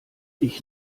ich